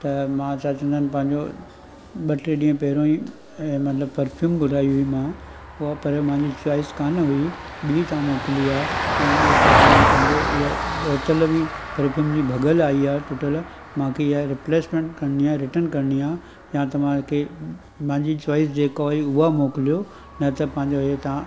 त मां छा चेंदा आइन पंहिंजो ॿ टे ॾींहं पहिरियों ई ऐं परफ्यूम घुराई हुई मां उहा पर मुंहिंजी चॉइस कोन हुई ॿी तव्हां मोकिली आहे ऐं ॿियों छा चवंदा आहिनि मुंहिंजो इहा बोतल बि परफ्यूम जी भगल आई आहे टुटियलु मूंखे इहा रिपलेसमेंट करणी आहे रिटर्न करणी आहे या त मूंखे मुंहिंजी चॉइस जेको हुई उहा मोकिलियो न त पंहिंजो इहो तव्हां